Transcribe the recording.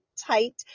tight